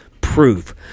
proof